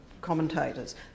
commentators